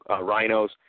Rhinos